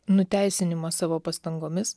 nuteisinimo savo pastangomis